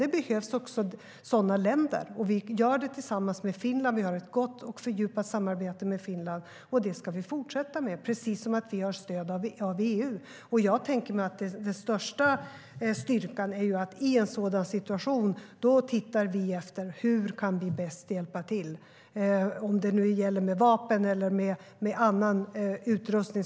Det behövs också sådana länder, och vi gör det tillsammans med Finland. Vi har ett gott och fördjupat samarbete med Finland, och det ska vi fortsätta med, precis som vi har stöd av EU.Jag tänker mig att den största styrkan i en sådan situation är att se efter hur vi bäst kan hjälpa till, om det nu är med vapen eller med annan utrustning.